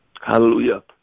Hallelujah